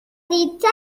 شدیدتر